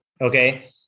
Okay